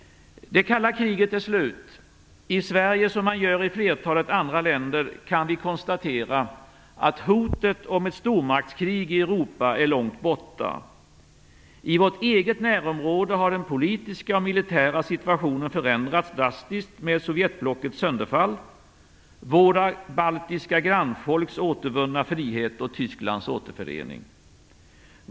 Det kalla kriget är slut. I Sverige kan vi, liksom man gör i flertalet andra länder, konstatera att hotet om ett stormaktskrig i Europa är långt borta. I vårt eget närområde har den politiska och militära situationen förändrats drastiskt i och med Sovjetblockets sönderfall, våra baltiska grannfolks återvunna frihet och Tysklands återförening.